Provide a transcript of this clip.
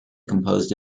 composed